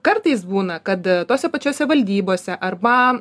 kartais būna kad tose pačiose valdybose arba